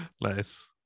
nice